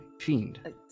fiend